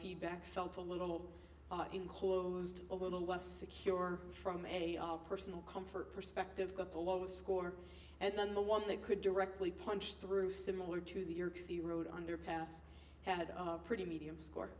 feedback felt a little enclosed a little less secure from any our personal comfort perspective got the lowest score and the one that could directly punch through similar to the york city road underpass had a pretty medium score